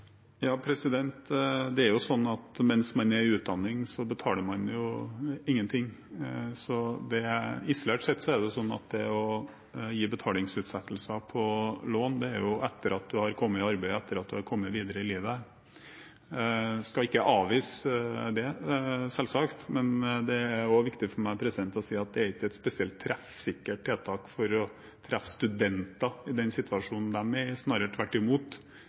Det er sånn at mens man er i utdanning, betaler man ingenting. Isolert sett gjelder betalingsutsettelse på lån etter at man har kommet i arbeid, etter at man har kommet videre i livet. Jeg skal selvsagt ikke avvise det, men det er viktig for meg å si at det ikke er et spesielt treffsikkert tiltak for å treffe studenter i den situasjonen de er i, snarere tvert imot.